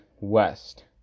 West